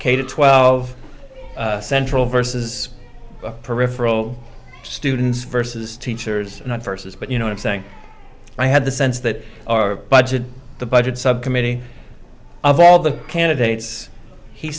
k twelve central versus peripheral students versus teachers not versus but you know him saying i had the sense that our budget the budget subcommittee of all the candidates he